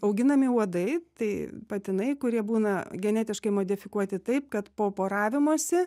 auginami uodai tai patinai kurie būna genetiškai modifikuoti taip kad po poravimosi